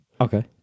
Okay